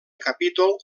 capítol